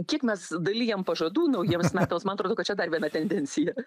kiek mes dalijam pažadų naujiems metams man atrodo kad čia dar viena tendencija